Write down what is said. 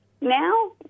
now